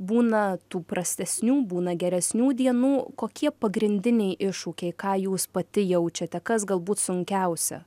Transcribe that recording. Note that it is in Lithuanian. būna tų prastesnių būna geresnių dienų kokie pagrindiniai iššūkiai ką jūs pati jaučiate kas galbūt sunkiausia